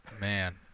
Man